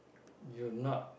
you not